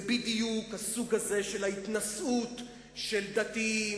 זה בדיוק הסוג הזה של ההתנשאות של דתיים